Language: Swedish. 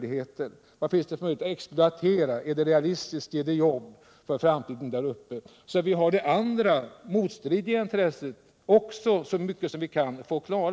Vi måste alltså ta reda = vissa s.k. obrutna på vilka möjligheter som finns att exploatera, och vi måste fråga oss = fjällområden om en exploatering är realistisk för framtiden där uppe och om den ger jobb åt människorna. Frågorna kring det andra, motstridiga intresset måste vi klarlägga så långt vi kan.